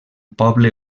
poble